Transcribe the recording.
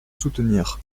soutenir